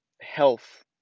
health